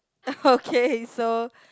okay so